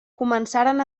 començaren